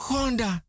Honda